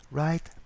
right